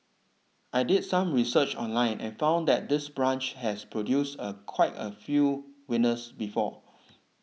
I did some research online and found that this branch has produced a quite a few winners before